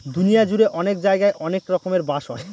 দুনিয়া জুড়ে অনেক জায়গায় অনেক রকমের বাঁশ হয়